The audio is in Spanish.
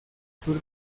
sur